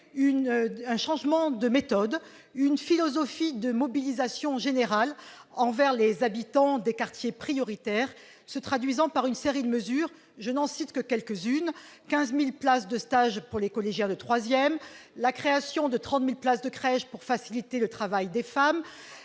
un changement de méthode- une philosophie de mobilisation générale envers les habitants des quartiers prioritaires se traduisant par une série de mesures. Je n'en cite que quelques-unes : 15 000 places de stage pour les collégiens de la classe de troisième, la création de 30 000 places de crèche pour faciliter le travail des femmes,